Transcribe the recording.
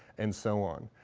and so on.